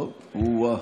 או-אה,